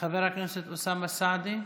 חבר הכנסת אוסאמה סעדי,